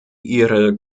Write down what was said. ihre